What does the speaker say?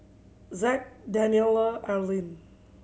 Zack Daniella Erlene